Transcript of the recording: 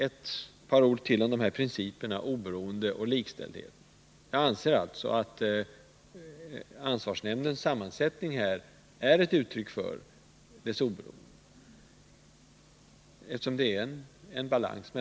Ett par ord till om principerna oberoende och likställdhet. Jag anser alltså 93 att ansvarsnämndens sammansättning är ett uttryck för dess oberoende.